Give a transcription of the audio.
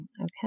Okay